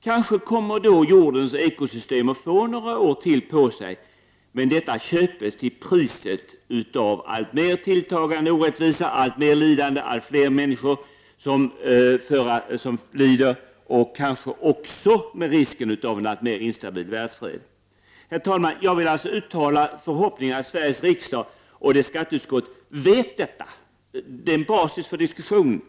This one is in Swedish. Jordens ekosystem kommer kanske att få några år till på sig, men detta köps till priset av en alltmer tilltagande orättvisa, av alltmer lidande för allt fler människor och kanske också med risken av en alltmer instabil världsfred. Herr talman! Jag vill uttala förhoppningen att Sveriges riksdag och dess skatteutskott känner till detta. Det är en bas för diskussionen.